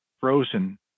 frozen